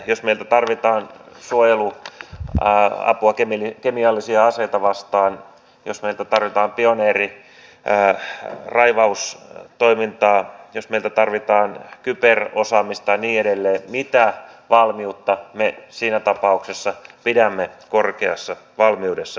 jos meiltä tarvitaan suojeluapua kemiallisia aseita vastaan jos meiltä tarvitaan pioneeriraivaustoimintaa jos meiltä tarvitaan kyberosaamista ja niin edelleen mitä niistä me siinä tapauksessa pidämme korkeassa valmiudessa